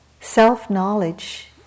self-knowledge